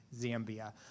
Zambia